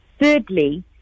thirdly